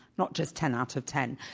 not just ten out of ten.